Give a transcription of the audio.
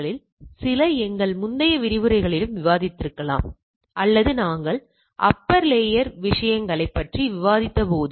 உண்மையான அதிர்வெண்களின் தொகுப்பை எதிர்பார்த்த அதிர்வெண்களின் தொகுப்புடன் ஒப்பிட்டுப் பார்க்க இதைப் பயன்படுத்தலாம்